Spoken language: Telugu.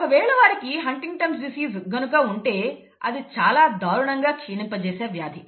ఒకవేళ వారికి హంటింగ్టన్'స్ డిసీస్ గనుక ఉంటే అది చాలా దారుణంగా క్షీణింపజేసే వ్యాధి